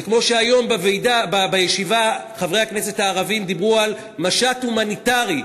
זה כמו שהיום בישיבה חברי הכנסת הערבים דיברו על משט הומניטרי.